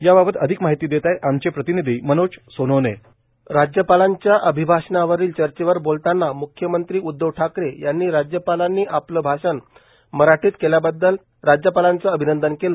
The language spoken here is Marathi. याबाबात अधिक माहिती देत आहेत आमचे प्रतिनिधी मनोज सोनोने राज्यपालांच्या अभिभाषणावरील चर्चेवर बोलतांना मख्यमंत्री उध्दव ठाकरे यांनी राज्यपालांनी आपल भाषण मराठीत केल्याबद्दल राज्यपालांच अभिनंदन केलं